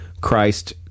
Christ